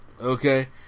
okay